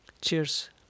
Cheers